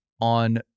on